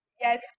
yes